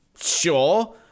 sure